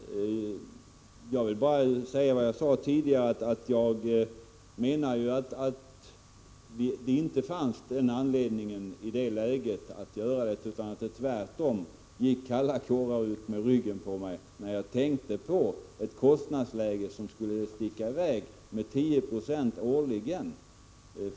Fru talman! Helt kort: Jag vill bara upprepa vad jag sade tidigare. Jag menar att det, i det läget, inte fanns anledning att genomföra en höjning. Tvärtom gick det kalla kårar utmed ryggen på mig när jag tänkte på ett kostnadsläge som skulle ”sticka i väg” med 1096 årligen.